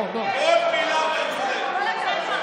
כל מילה מיותרת.